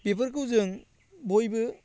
बेफोरखौ जों बयबो